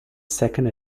second